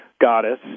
goddess